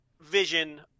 vision